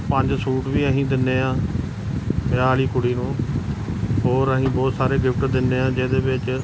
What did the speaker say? ਪੰਜ ਸੂਟ ਵੀ ਅਸੀਂ ਦਿੰਦੇ ਹਾਂ ਵਿਆਹ ਵਾਲੀ ਕੁੜੀ ਨੂੰ ਹੋਰ ਅਸੀਂ ਬਹੁਤ ਸਾਰੇ ਗਿਫਟ ਦਿੰਦੇ ਹਾਂ ਜਿਹਦੇ ਵਿੱਚ